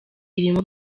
irimo